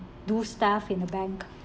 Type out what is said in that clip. do stuff in the bank